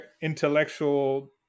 intellectual